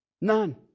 None